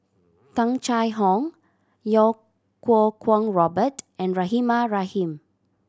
Tung Chye Hong Iau Kuo Kwong Robert and Rahimah Rahim